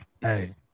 Hey